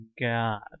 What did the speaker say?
god